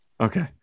Okay